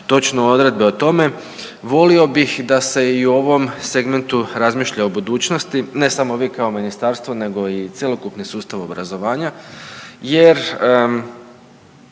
točno odredbe o tome. Volio bih da se i o ovom segmentu razmišlja u budućnosti, ne samo vi kao ministarstvo nego i cjelokupni sustav obrazovanja jer